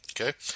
Okay